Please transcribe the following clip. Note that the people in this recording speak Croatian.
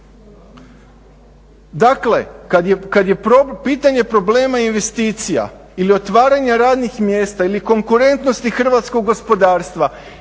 Dakle, kad je pitanje problema investicija ili otvaranja radnih mjesta, ili konkurentnosti hrvatskog gospodarstva